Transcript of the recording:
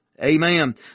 Amen